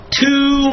two